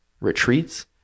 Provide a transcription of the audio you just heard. retreats